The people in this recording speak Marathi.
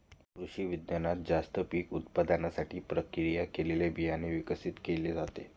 कृषिविज्ञानात जास्त पीक उत्पादनासाठी प्रक्रिया केलेले बियाणे विकसित केले जाते